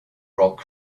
rock